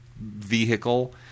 vehicle